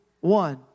one